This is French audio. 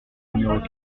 numéro